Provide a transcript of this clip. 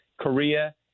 Korea